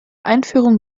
einführung